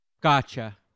Gotcha